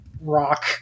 rock